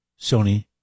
Sony